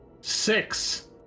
Six